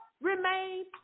remain